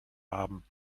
haben